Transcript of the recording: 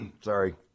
Sorry